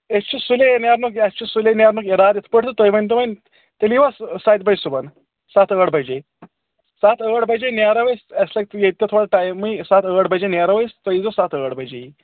أسۍ چھِ سُلے نیرنُک اَسہِ چھُ سُلے نیرنُک اِرادٕ یِتھ پٲٹھۍ تہٕ تُہۍ ؤنۍ تو وۄنۍ تیٚلہِ یی وَ سَتہِ بَجہِ صُبحن سَتھ ٲٹھ بَجے سَتھ ٲٹھ بجے نیرَو أسۍ اَسہِ لگہِ ییٚتہِ تہِ تھوڑا ٹایمٕے سَتھ ٲٹھ بَجے نیرَو أسۍ تُہۍ ییی زیو سَتھ ٲٹھ بجے